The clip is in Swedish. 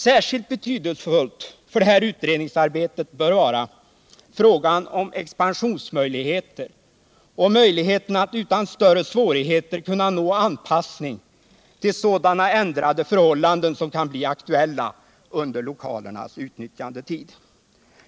Särskilt betydelsefullt för utredningsarbetet bör vara frågan om expansionsmöjligheter och möjligheterna att utan större svårigheter nå anpassning till sådana ändrade förhållanden som kan bli aktuella under lokalernas utnyttjandetid.